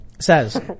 says